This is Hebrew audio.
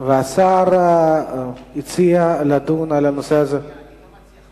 שהשר הציע לדון בנושא הזה, אני לא מציע.